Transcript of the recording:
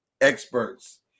experts